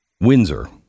Windsor